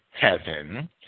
heaven